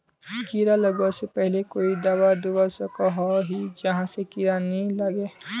कीड़ा लगवा से पहले कोई दाबा दुबा सकोहो ही जहा से कीड़ा नी लागे?